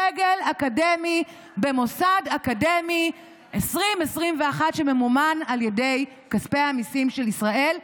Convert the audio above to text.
סגל אקדמי במוסד אקדמי 2021 שממומן על ידי כספי המיסים של ישראל,